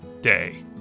day